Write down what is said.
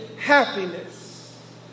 happiness